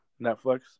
Netflix